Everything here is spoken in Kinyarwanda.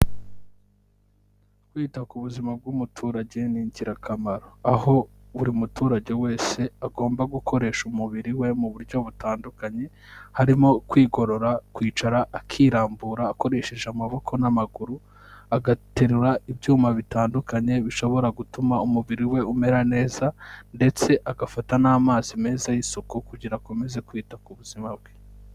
Kwita ku buzima bw'umuturage ni ingirakamaro, aho buri muturage wese agomba gukoresha umubiri we mu buryo butandukanye. Harimo kwigorora, kwicara akirambura akoresheje amaboko n'amaguru agaterura ibyuma bitandukanye bishobora gutuma umubiri we umera neza ndetse agafata n'amazi meza y'isuku kugira akomeze kwita ku buzima bwe.